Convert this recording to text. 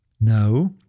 No